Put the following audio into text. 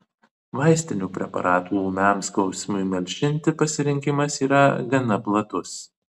vaistinių preparatų ūmiam skausmui malšinti pasirinkimas yra gana platus